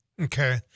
Okay